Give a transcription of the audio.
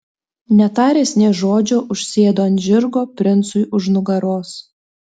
netaręs nė žodžio užsėdo ant žirgo princui už nugaros